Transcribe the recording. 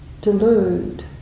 delude